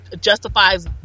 justifies